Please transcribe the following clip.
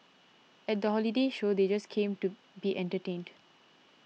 at the holiday show they just came to be entertained